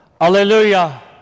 Hallelujah